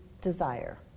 desire